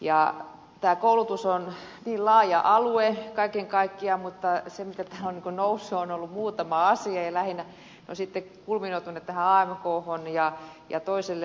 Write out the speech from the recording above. tämä koulutus on laaja alue kaiken kaikkiaan mutta täällä on noussut esille muutama asia ja lähinnä sitten kulminoitunut tähän amkhon ja toiselle asteelle